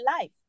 life